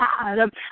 God